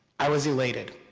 i was elated.